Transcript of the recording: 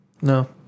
No